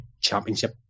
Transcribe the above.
championship